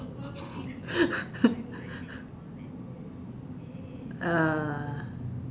err